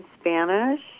Spanish